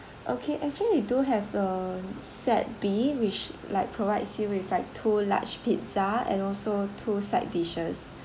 okay actually we do have uh set B which like provides you with like two large pizza and also two side dishes